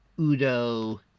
Udo